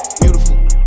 Beautiful